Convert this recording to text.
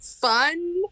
fun